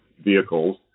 vehicles